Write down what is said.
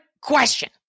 question